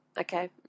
Okay